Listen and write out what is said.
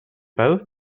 both